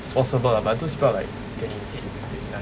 it's possible lah but these people are like twenty eight twenty nine